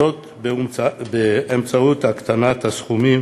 זאת, באמצעות הקטנת הסכומים